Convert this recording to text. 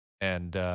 And-